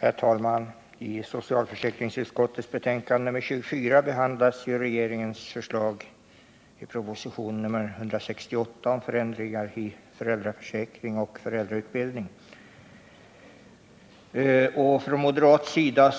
Herr talman! I socialförsäkringsutskottets betänkande nr 24 behandlas bl.a. regeringens förslag i propositionen 168 om förändringar i föräldraförsäkringen och om föräldrautbildning. Från moderat sida